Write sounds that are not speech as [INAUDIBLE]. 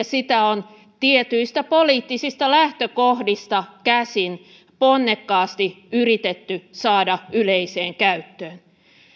[UNINTELLIGIBLE] sitä on tietyistä poliittisista lähtökohdista käsin ponnekkaasti yritetty saada yleiseen käyttöön